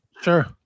Sure